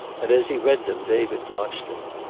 and as he read them david watched him.